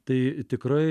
tai tikrai